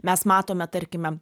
mes matome tarkime